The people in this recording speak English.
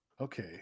Okay